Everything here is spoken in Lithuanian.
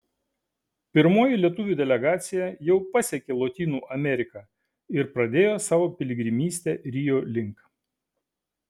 pirmoji lietuvių delegacija jau pasiekė lotynų ameriką ir pradėjo savo piligrimystę rio link